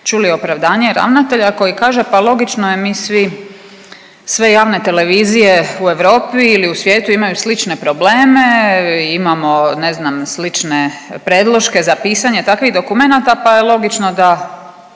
čuli opravdanje ravnatelja koji kaže, pa logično je mi svi, sve javne televizije u Europi ili u svijetu imaju slične probleme, imamo ne znam slične predloške za pisanje takvih dokumenata pa je logično da